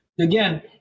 Again